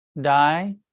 die